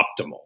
optimal